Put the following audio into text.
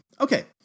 okay